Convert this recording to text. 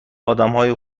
آدمهای